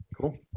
Cool